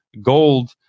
gold